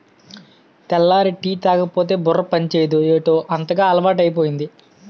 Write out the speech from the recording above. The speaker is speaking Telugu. తెల్లారి టీ తాగకపోతే బుర్ర పనిచేయదు ఏటౌ అంతగా అలవాటైపోయింది